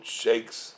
shakes